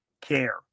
care